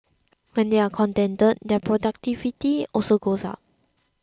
when they are contented their productivity also goes up